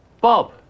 Bob